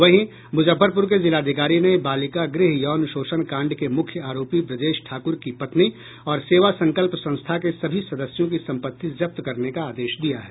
वहीं मुजफ्फरपुर के जिलाधिकारी ने बालिका गृह यौन शोषण कांड के मुख्य आरोपी ब्रजेश ठाकुर की पत्नी और सेवा संकल्प संस्था के सभी सदस्यों की सम्पत्ति जब्त करने का आदेश दिया है